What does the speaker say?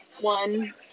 one